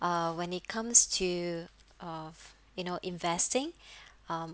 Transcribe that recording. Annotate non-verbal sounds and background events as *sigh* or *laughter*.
uh when it comes to of you know investing *breath* um